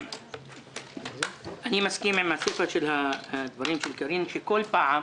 אני מסכים עם הסיפא של דברי קארין, שכל פעם,